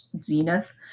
zenith